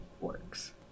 works